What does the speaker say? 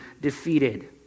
defeated